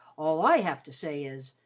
all i have to say is,